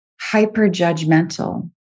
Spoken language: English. hyper-judgmental